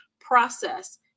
process